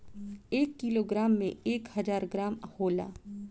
एक किलोग्राम में एक हजार ग्राम होला